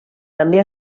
també